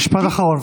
משפט אחרון,